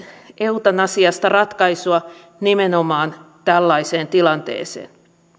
eutanasiasta ratkaisua nimenomaan tällaiseen tilanteeseen